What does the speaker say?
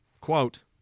quote